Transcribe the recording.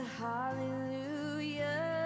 hallelujah